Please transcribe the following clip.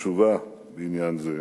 החשובה בעניין זה,